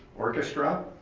orchestra